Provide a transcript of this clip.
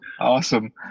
awesome